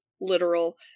literal